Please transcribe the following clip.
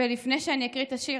ולפני שאני אקריא את השיר,